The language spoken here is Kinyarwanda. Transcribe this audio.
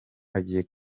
agiye